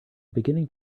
beginning